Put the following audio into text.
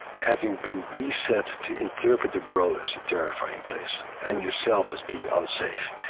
having been reset to interpret the world as a terrifying place and yourself as being unsafe.